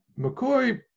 mccoy